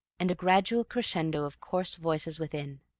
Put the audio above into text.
and a gradual crescendo of coarse voices within.